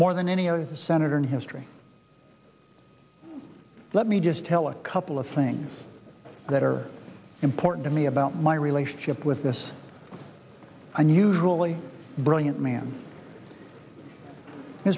more than any other senator in history let me just tell a couple of things that are important to me about my relationship with this unusually brilliant man